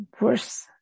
worse